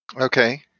okay